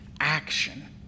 action